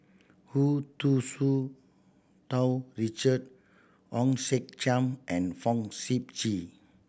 Hu Tsu Tau Richard Hong Sek Chern and Fong Sip Chee